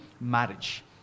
marriage